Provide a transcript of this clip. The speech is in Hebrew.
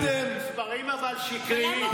לא חוקקתם, המספרים שקריים.